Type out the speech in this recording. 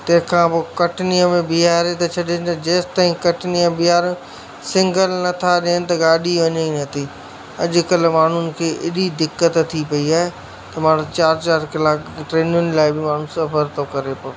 तंहिं खां पोइ कटनीअ में ॿीहारे था छॾनि जेसिंताईं कटनीअ ॿीहारे सिंगल नथा ॾियनि त गाॾी वञे ई नथी अॼुकल्ह माण्हुनि खे अहिड़ी दिक़त थी पई आहे त माण्हू चारि चारि कलाक ट्रेनियुनि लाइ बि माण्हू सबुरु थो करे पियो